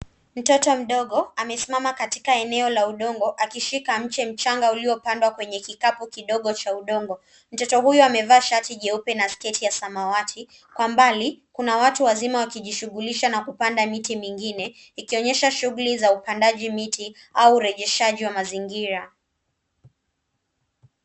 Mtoto mdogo amesimama katika eneo la udongo akishika mche mchanga uliopandwa kwenye kikapu kidogo cha udongo. Mtoto huyu amevaa shati jeupe na sketi ya samawati, kwa mbali kuna watu wazima wakijishughulisha na kupanda miti mingine, ikionyesha shughuli za upandaji miti au urejeshaji wa mazingira.